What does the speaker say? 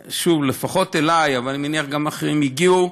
ושוב, לפחות אלי, ואני מניח שגם אל אחרים, הגיעו,